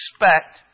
expect